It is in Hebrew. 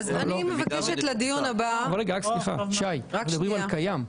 מדברים על מבנה קיים.